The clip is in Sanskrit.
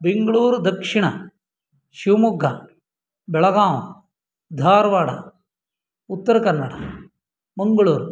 बेङ्ग्लूर्दक्षिण शिवमोग्गा बेलागाव् धार्वाडा उत्तरकन्नडा मङ्ग्लूर्